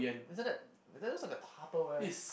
isn't that that looks like a Tupperware